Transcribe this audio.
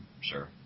sure